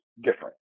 different